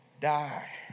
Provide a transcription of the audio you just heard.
die